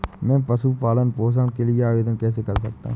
मैं पशु पालन पोषण के लिए आवेदन कैसे कर सकता हूँ?